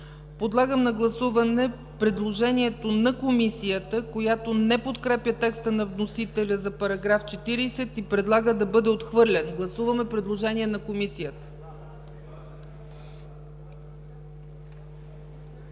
Подлагам на гласуване предложението на Комисията, която не подкрепя текста на вносителя за § 40 и предлага да бъде отхвърлен. Гласували 70 народни